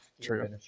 True